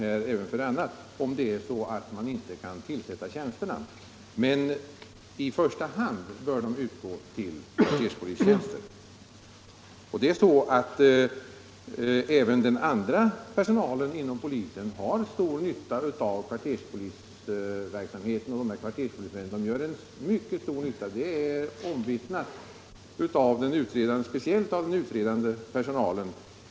Man kan anställa andra, om det är så = sendet att man inte kan tillsätta de nya tjänsterna med kvarterspoliser. Men i första hand bör de nya tjänsterna vara kvarterspolistjänster. Även den övriga personalen inom polisen har mycket stor nytta av kvarterspoliserna. Det är omvittnat, speciellt av den utredande personalen.